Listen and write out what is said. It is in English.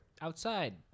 Outside